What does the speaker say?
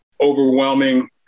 overwhelming